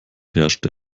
herrschte